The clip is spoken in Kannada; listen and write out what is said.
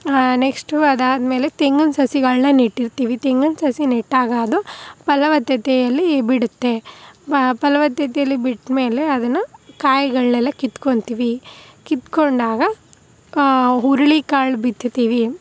ನೆಕ್ಸ್ಟು ಅದಾದ್ಮೇಲೆ ತೆಂಗಿನ ಸಸಿಗಳನ್ನ ನೆಟ್ಟಿರ್ತೀವಿ ತೆಂಗಿನ ಸಸಿ ನೆಟ್ಟಾಗ ಅದು ಫಲವತ್ತತೆಯಲ್ಲಿ ಬಿಡುತ್ತೆ ಆ ಫಲವತ್ತತೆಯಲ್ಲಿ ಬಿಟ್ಟಮೇಲೆ ಅದನ್ನು ಕಾಯಿಗಳನ್ನೆಲ್ಲ ಕಿತ್ಕೊಳ್ತೀವಿ ಕಿತ್ಕೊಂಡಾಗ ಹುರುಳಿ ಕಾಳು ಬಿತ್ತುತೀವಿ